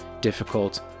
difficult